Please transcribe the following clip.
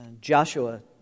Joshua